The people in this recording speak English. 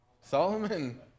Solomon